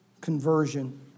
conversion